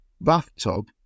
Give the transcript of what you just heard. Bathtub